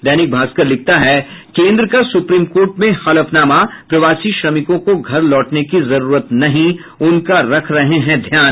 दैनिक भास्कर लिखता है केन्द्र का सुप्रीम कोर्ट में हलफनामा प्रवासी श्रमिकों को घर लौटने की जरूरत नहीं उनका रख रहे हैं ध्यान